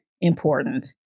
important